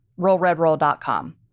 Rollredroll.com